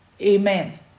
Amen